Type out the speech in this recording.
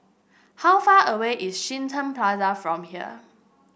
how far away is Shenton Plaza from here